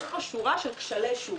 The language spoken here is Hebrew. יש פה שורה של כשלי שוק.